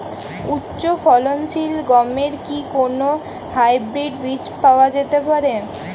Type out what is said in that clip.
উচ্চ ফলনশীল গমের কি কোন হাইব্রীড বীজ পাওয়া যেতে পারে?